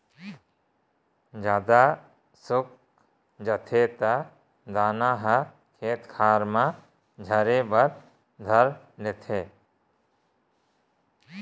जादा सुखा जाथे त दाना ह खेत खार म झरे बर धर लेथे